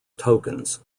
tokens